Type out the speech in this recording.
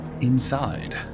inside